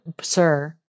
sir